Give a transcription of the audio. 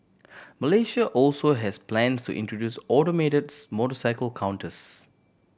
Malaysia also has plans to introduce automates motorcycle counters